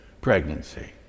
pregnancy